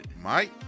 Mike